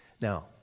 Now